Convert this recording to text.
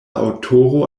aŭtoro